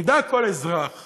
וידע כל אזרח